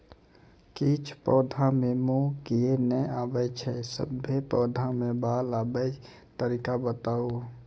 किछ पौधा मे मूँछ किये नै आबै छै, सभे पौधा मे बाल आबे तरीका बताऊ?